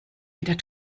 wieder